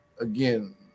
again